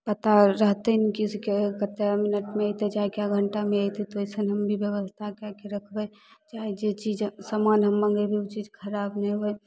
पता रहतै ने की जे कतेक मिनटमे अयतै चाहे कए घंटामे अयतै ओहिसे हम भी व्यवस्था करिके रखबै चाहे जे चीज समान हम मंगेबै ओ चीज खराब नहि होइ